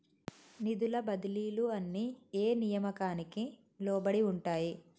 నిధుల బదిలీలు అన్ని ఏ నియామకానికి లోబడి ఉంటాయి?